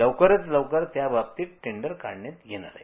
लवकरात लवकर त्या बाबतीत टेंडर काढण्यात येणार आहे